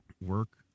work